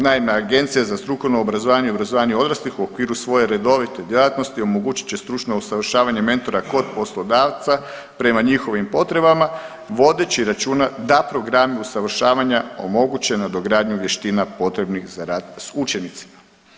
Naime, Agencija za strukovno obrazovanje i obrazovanje odraslih u okviru svoje redovite djelatnosti omogućit će stručno usavršavanje mentora kod poslodavca prema njihovim potrebama vodeći računa da programi usavršavanja omoguće nadogradnju vještina potrebnih za rad s učenicima.